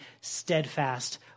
steadfast